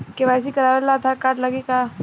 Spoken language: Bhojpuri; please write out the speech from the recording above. के.वाइ.सी करावे ला आधार कार्ड लागी का?